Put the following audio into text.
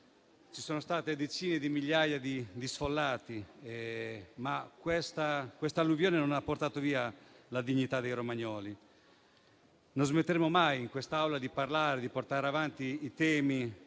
Ci sono state decine di migliaia di sfollati, ma questa alluvione non ha portato via la dignità dei romagnoli. Non smetteremo mai in quest'Aula di portare avanti i temi